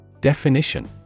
DEFINITION